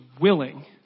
willing